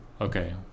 Okay